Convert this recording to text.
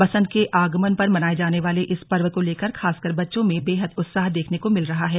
बसंत के आगमन पर मनाये जाने वाले इस पर्व को लेकर खासकर बच्चों में बेहद उत्साह देखने को मिल रहा है